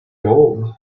gold